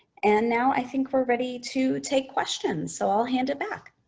and now, i think we're ready to take questions, so i'll hand it back.